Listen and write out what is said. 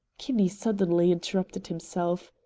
kinney suddenly interrupted himself.